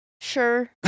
sure